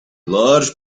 large